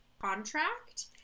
contract